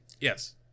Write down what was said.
Yes